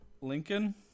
Lincoln